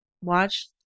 watch